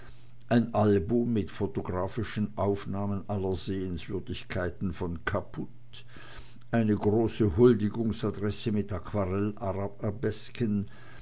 ein album mit photographischen aufnahmen aller sehenswürdigkeiten von kaputt eine große huldigungsadresse mit